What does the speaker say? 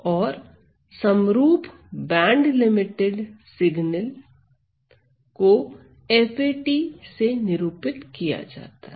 और समरूप band limited signal को fa से निरूपित किया जाता है